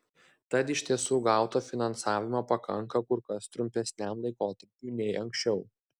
tad iš tiesų gauto finansavimo pakanka kur kas trumpesniam laikotarpiui nei anksčiau